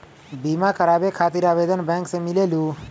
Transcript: बिमा कराबे खातीर आवेदन बैंक से मिलेलु?